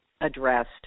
addressed